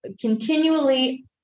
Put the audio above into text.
continually